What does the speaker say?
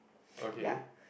okay